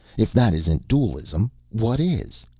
if that isn't dualism, what is?